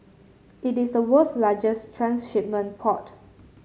it is the world's largest transshipment port